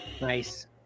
Nice